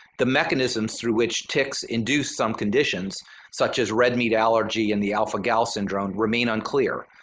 the mechanisms through which ticks induce some conditions such as red meat allergy in the alpha-gal syndrome remain unclear.